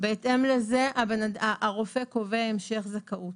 בהתאם לזה הרופא קובע המשך זכאות.